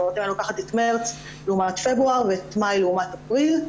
זאת אומרת אם אני לוקחת את מרץ לעומת פברואר ואת מאי לעומת אפריל,